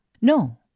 No